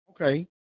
Okay